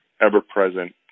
ever-present